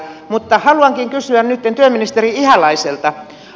mutta haluankin kysyä nytten työministeri ihalaiselta